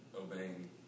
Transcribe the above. obeying